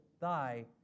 thy